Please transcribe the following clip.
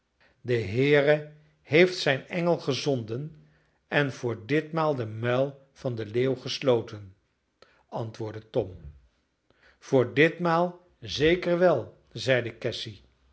de heere heeft zijn engel gezonden en voor ditmaal den muil van den leeuw gesloten antwoordde tom voor ditmaal zeker wel zeide